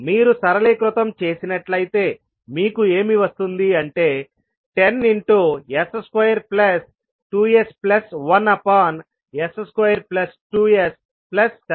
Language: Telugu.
మీరు సరళీకృతం చేసినట్లయితే మీకు ఏమి వస్తుంది అంటే 10 into s square plus 2 s plus 1 up on s square plus 2 s plus 17